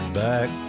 back